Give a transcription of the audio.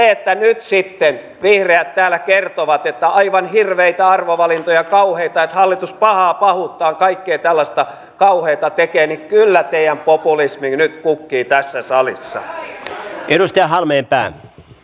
kun nyt sitten vihreät täällä kertovat että aivan hirveitä arvovalintoja kauheita että hallitus pahaa pahuuttaan kaikkea tällaista kauheata tekee niin kyllä teidän populisminne nyt kukkii tässä salissa